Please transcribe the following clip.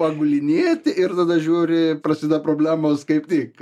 pagulinėti ir tada žiūri prasideda problemos kaip tik